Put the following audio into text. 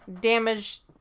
damaged